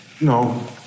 No